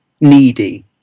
needy